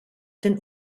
den